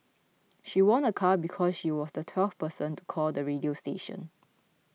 she won a car because she was the twelfth person to call the radio station